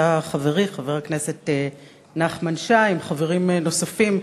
חברי חבר הכנסת נחמן שי עם חברים נוספים.